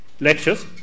lectures